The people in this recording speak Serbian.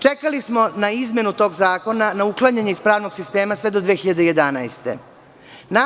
Čekali smo na izmenu tog zakona, uklanjanje iz pravnog sistema, sve do 2011. godine.